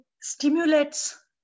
stimulates